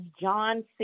John